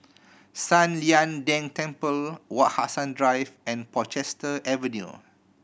San Lian Deng Temple Wak Hassan Drive and Portchester Avenue